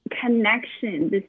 connection